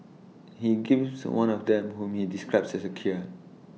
he gives one of them whom may describes as A queer